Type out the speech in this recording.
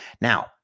Now